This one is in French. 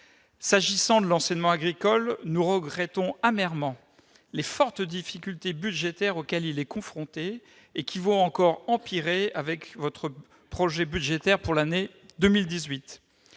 S'agissant de l'enseignement agricole, nous regrettons amèrement les fortes difficultés budgétaires auxquelles il est confronté et qui vont encore empirer avec le projet budgétaire pour l'année 2018.